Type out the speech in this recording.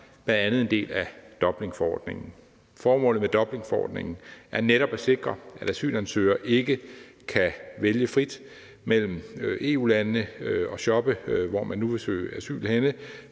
er Danmark en del af Dublinforordningen. Formålet med Dublinforordningen er netop at sikre, at asylansøgere ikke kan vælge frit mellem EU-landene og shoppe, hvor de nu vil søge asyl henne,